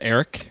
Eric